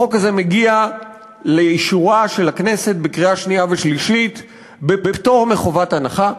החוק הזה מגיע לאישורה של הכנסת לקריאה שנייה ושלישית בפטור מחובת הנחה.